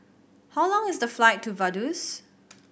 how long is the flight to Vaduz